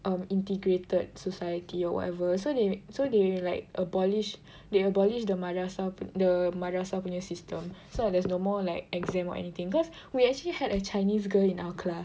um integrated society or whatever so they so they like abolished they abolished the madrasah the madrasah punya system so there's no more like exam or anything cause we actually had a Chinese girl in our class